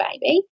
baby